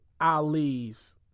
Ali's